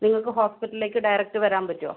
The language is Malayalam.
നിങ്ങൾക്ക് ഹോസ്പിറ്റലിലേക്ക് ഡയറക്റ്റ് വരാൻ പറ്റുമോ